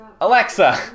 Alexa